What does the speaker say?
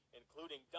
including